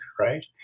right